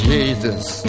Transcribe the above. Jesus